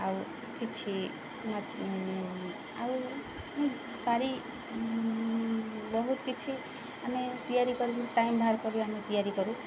ଆଉ କିଛି ଆଉ ପାରି ବହୁତ କିଛି ଆମେ ତିଆରି କରିବୁ ଟାଇମ୍ ବାହାର କରି ଆମେ ତିଆରି କରୁ